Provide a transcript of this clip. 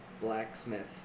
blacksmith